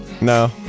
No